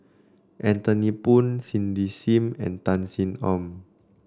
Anthony Poon Cindy Sim and Tan Sin Aun